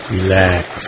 Relax